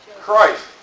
Christ